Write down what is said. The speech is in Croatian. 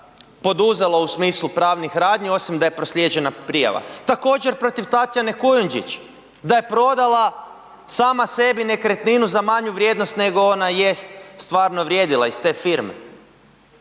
poduzelo u smislu pravnih radnji osim da je proslijeđena prijava, također protiv Tatjana Kujundžić da je prodala sama sebi nekretninu za manju vrijednost nego ona jest stvarno vrijedila iz te firme.